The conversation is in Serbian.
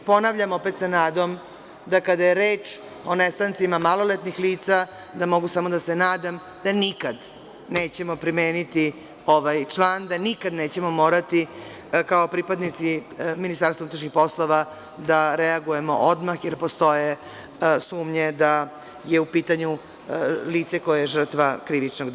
Ponavljam, opet sa nadom da kada je reč o nestancima maloletnih lica, da mogu samo da se nadam da nikad nećemo primeniti ovaj član, da nikada nećemo morati kao pripadnici MUP-a da reagujemo odmah, jer postoje sumnje da je u pitanju lice koje je žrtva krivičnog dela.